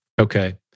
Okay